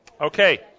Okay